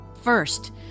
First